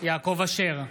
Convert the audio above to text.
יעקב אשר,